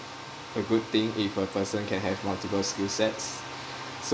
a good thing if a person can have multiple skill sets so